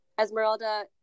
Esmeralda